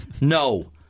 No